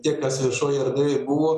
tiek kas viešoj erdvėj buvo